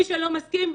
מי שלא מסכים,